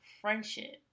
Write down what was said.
friendship